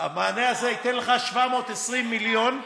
המענה הזה ייתן לך 720 מיליון,